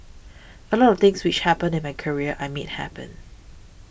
a lot of things which happened in my career I made happen